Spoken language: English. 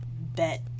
bet